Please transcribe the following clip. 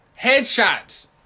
Headshots